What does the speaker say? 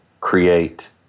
create